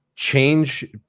change